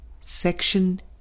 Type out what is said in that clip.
Section